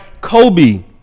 Kobe